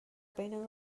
بین